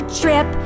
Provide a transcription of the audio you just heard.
trip